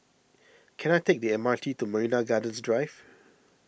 can I take the M R T to Marina Gardens Drive